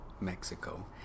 Mexico